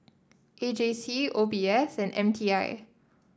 A J C O B S and M T I